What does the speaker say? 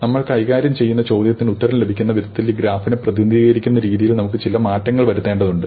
നമ്മൾ കൈകാര്യം ചെയ്യുന്ന ചോദ്യത്തിന് ഉത്തരം ലഭിക്കുന്ന വിധത്തിൽ ഈ ഗ്രാഫിനെ പ്രതിനിധീകരിക്കുന്ന രീതിയിൽ നമുക്ക് ചില മാറ്റങ്ങൾ വരുത്തേണ്ടതുണ്ട്